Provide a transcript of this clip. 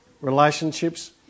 relationships